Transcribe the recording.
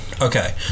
Okay